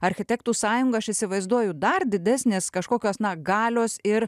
architektų sąjunga aš įsivaizduoju dar didesnės kažkokios na galios ir